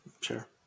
Sure